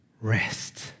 rest